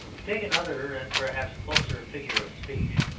to take another and perhaps closer figure of speech,